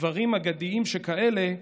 "דברים אגדיים שכאלה,